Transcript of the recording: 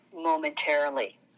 momentarily